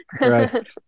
right